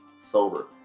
sober